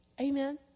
Amen